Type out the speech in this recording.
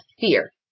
fear